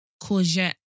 Courgette